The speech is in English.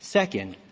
second,